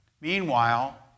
Meanwhile